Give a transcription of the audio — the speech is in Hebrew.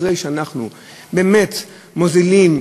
אחרי שאנחנו באמת מוזילים,